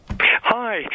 Hi